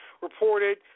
reported